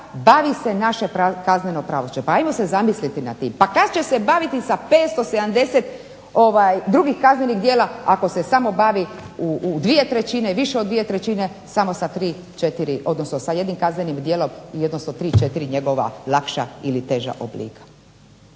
bavi se naše kazneno pravosuđe. Pa hajmo se zamisliti nad tim. Pa kad će se baviti sa 570 drugih kaznenih djela ako se samo bavi u dvije trećine i više od dvije trećine samo sa tri, četiri, odnosno sa jednim kaznenim djelom, odnosno tri, četiri njegova lakša ili teža oblika.